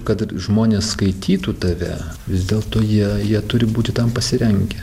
kad ir žmonės skaitytų tave vis dėlto jie jie turi būti tam pasirengę